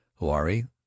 huari